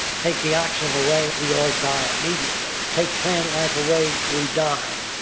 take the oxygen away, we all die immediately. take plant life away, we die.